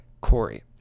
Corey